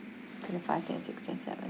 twenty five twenty six twenty seven